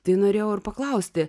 tai norėjau ir paklausti